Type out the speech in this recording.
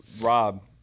Rob